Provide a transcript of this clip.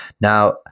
Now